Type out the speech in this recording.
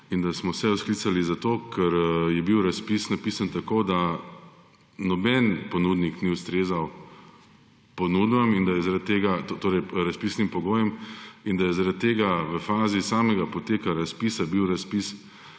in da smo sejo sklicali zato, ker je bil razpis napisan tako, da noben ponudnik ni ustrezal razpisnim pogojem in da je zaradi tega v fazi samega poteka razpisa bil razpis